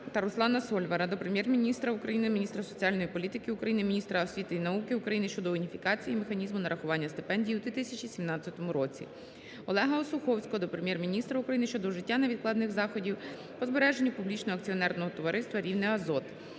Руслана Сольвара до Прем'єр-міністра України, міністра соціальної політики України, міністра освіти і науки України щодо уніфікації механізму нарахування стипендій у 2017 році. Олега Осуховського до Прем'єр-міністра України щодо вжиття невідкладних заходів по збереженню Публічного акціонерного товариства "Рівнеазот".